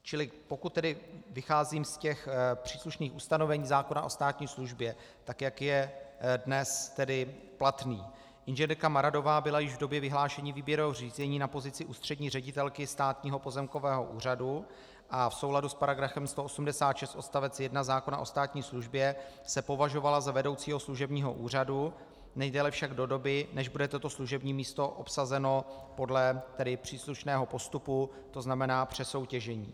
Čili pokud tedy vycházím z těch příslušných ustanovení zákona o státní službě, tak jak je dnes tedy platný, inženýrka Maradová byla již v době vyhlášení výběrového řízení na pozici ústřední ředitelky Státního pozemkového úřadu a v souladu s § 186 odst. 1 zákona o státní službě se považovala za vedoucího služebního úřadu, nejdéle však do doby, než bude toto služební místo obsazeno podle příslušného postupu, to znamená přesoutěžení.